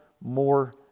more